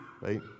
right